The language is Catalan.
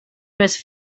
més